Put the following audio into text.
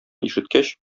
ишеткәч